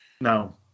No